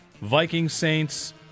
Vikings-Saints